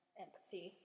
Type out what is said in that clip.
empathy